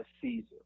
Caesar